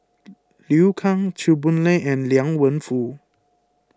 Liu Kang Chew Boon Lay and Liang Wenfu